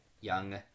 young